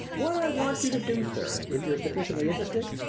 what i want you to do, sir, if you're sufficiently interested,